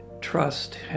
trust